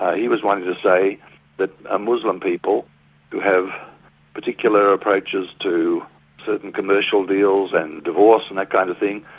he was wanting to say that ah muslim people who have particular approaches to certain commercial deals and divorce and that kind of thing,